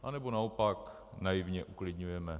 Anebo naopak naivně uklidňujeme?